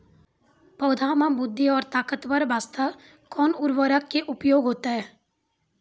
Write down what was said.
पौधा मे बृद्धि और ताकतवर बास्ते कोन उर्वरक के उपयोग होतै?